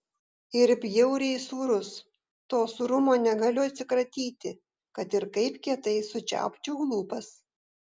ir bjauriai sūrus to sūrumo negaliu atsikratyti kad ir kaip kietai sučiaupčiau lūpas